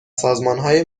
سازمانهای